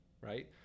right